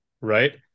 right